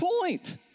point